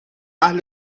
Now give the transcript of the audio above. اهل